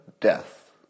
death